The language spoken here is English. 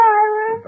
Tyler